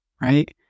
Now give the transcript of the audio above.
right